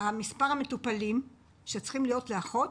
מספר המטופלים שצריכים להיות לאחות